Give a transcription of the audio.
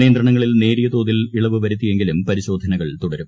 നിയന്ത്രണങ്ങളിൽ നേരിയ തോതിൽ ഇളവ് വരുത്തിയെങ്കിലും പരിശോധനകൾ തുടരും